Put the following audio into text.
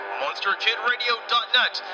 monsterkidradio.net